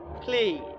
Please